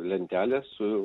lentelę su